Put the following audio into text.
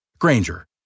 granger